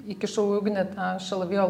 įkišau į ugnį tą šalavijo